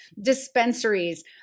dispensaries